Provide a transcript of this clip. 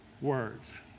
words